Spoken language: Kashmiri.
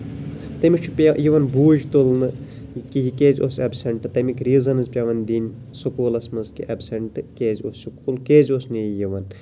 تٔمِس چھُ پےٚ یِوان بوٗج تُلنہٕ کہِ یہِ کیازِ اوس ایپسینٹ تِمِکۍ ریٖزَنٕز پیوان دِنۍ سکوٗلَس منٛز کہِ اٮ۪پسینٹ کیازِ اوس سکوٗل کیازِ اوس نہٕ یِوان